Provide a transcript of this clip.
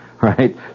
right